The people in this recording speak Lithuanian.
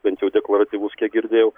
bent jau deklaratyvus kiek girdėjau